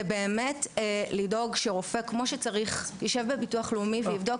באמת לדאוג שרופא כמו שצריך יישב בביטוח הלאומי ויבדוק